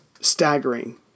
staggering